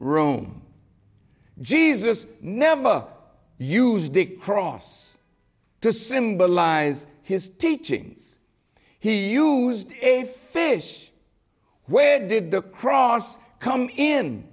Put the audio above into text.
rome jesus never used the cross to symbolize his teachings he used a fish where did the cross come in